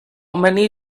many